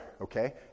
Okay